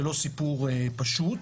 זה לא סיפור פשוט.